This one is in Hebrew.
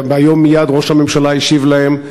והיום מייד ראש הממשלה השיב להם.